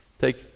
Take